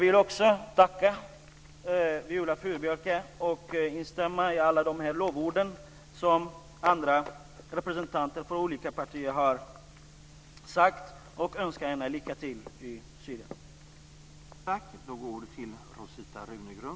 Också jag vill tacka Viola Furubjelke. Jag instämmer i alla lovord som andra representanter för olika partier uttalat och vill önska lycka till i Syrien.